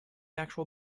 actual